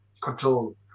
control